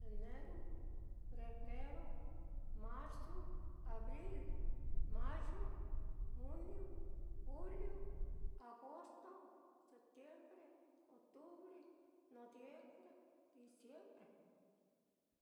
Eneru, fefreru, marzu, abril, mayu, juniu, juliu, agosto, setiembre, otubri, noviembre, diciembre.